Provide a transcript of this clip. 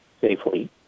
safely